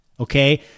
Okay